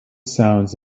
sounds